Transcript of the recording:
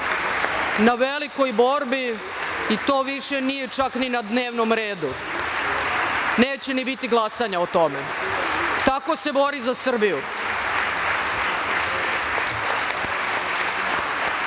na velikoj borbi, to više nije čak ni na dnevnom redu. Neće ni biti glasanja o tome. Tako se bori za Srbiju. Velika